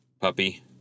puppy